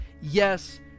yes